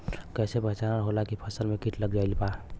कैसे पहचान होला की फसल में कीट लग गईल बा?